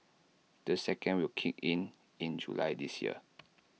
the second will kick in in July this year